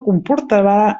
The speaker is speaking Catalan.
comportarà